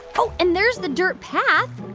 oh, and there's the dirt path.